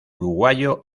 uruguayo